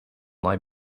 lie